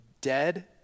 dead